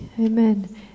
amen